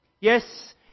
Yes